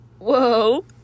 whoa